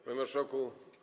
Panie Marszałku!